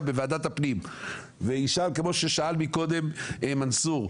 בוועדת הפנים וישאל כמו ששאל מקודם מנסור,